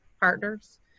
partners